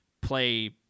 play